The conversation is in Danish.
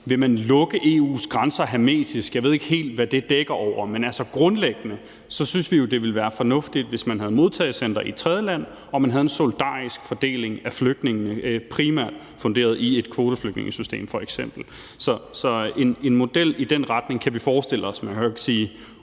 vil lukke EU's grænser hermetisk. Jeg ved ikke helt, hvad det dækker over, men grundlæggende synes vi jo, det ville være fornuftigt, hvis man havde modtagecentre i et tredjeland og man havde en solidarisk fordeling af flygtningene, primært funderet i f.eks. et kvoteflygtningesystem. Så en model i den retning kan vi forestille os, men man kan jo ikke sige